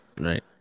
Right